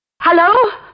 Hello